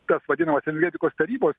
tas vadinamas energetikos tarybos